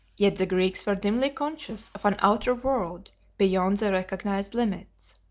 yet the greeks were dimly conscious of an outer world beyond the recognised limits.